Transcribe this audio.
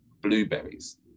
Blueberries